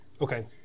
Okay